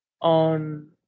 on